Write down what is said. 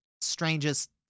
strangest